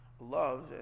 love